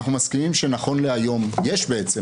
אנחנו מסכימים שנכון להיום יש בעצם